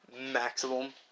maximum